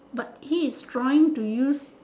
but he is trying to use